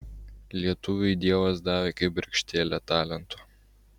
lietuviui dievas davė kibirkštėlę talento